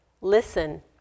Listen